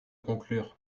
conclure